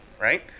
Right